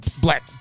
Black